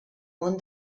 món